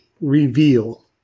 reveal